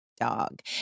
dog